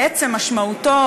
בעצם משמעותו,